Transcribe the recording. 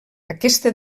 aquesta